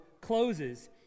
closes